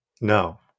No